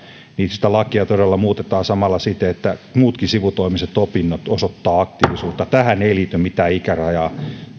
sitä lakia todella muutetaan samalla siten että muutkin sivutoimiset opinnot osoittavat aktiivisuutta tähän ei liity mitään ikärajaa